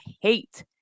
hate